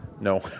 No